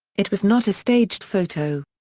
it was not a staged photo.